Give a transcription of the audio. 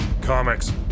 comics